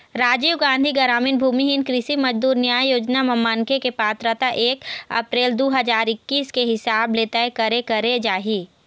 राजीव गांधी गरामीन भूमिहीन कृषि मजदूर न्याय योजना म मनखे के पात्रता एक अपरेल दू हजार एक्कीस के हिसाब ले तय करे करे जाही